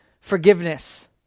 forgiveness